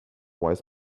wise